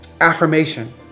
affirmation